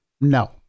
No